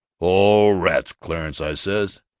oh, rats, clarence i says,